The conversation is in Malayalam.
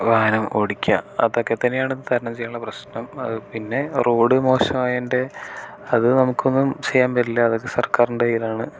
വാഹനം ഓടിക്കുക അതൊക്കെത്തന്നെയാണ് തരണം ചെയ്യാനുള്ള പ്രശ്നം അത് പിന്നെ റോഡ് മോശമായതിൻ്റെ അത് നമുക്കൊന്നും ചെയ്യാൻ പറ്റില്ല അത് സർക്കാരിൻ്റെ കയ്യിലാണ്